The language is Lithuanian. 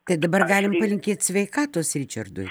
tai dabar galim palinkėt sveikatos ričardui